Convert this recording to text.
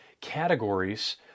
categories